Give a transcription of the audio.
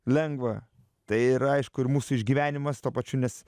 lengva tai ir aišku ir mūsų išgyvenimas tuo pačiu nes